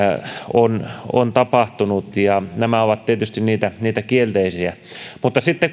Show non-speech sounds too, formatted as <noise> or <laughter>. on on tapahtunut ja nämä ovat tietysti niitä niitä kielteisiä mutta sitten <unintelligible>